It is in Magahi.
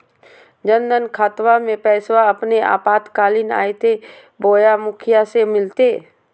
जन धन खाताबा में पैसबा अपने आपातकालीन आयते बोया मुखिया से मिलते?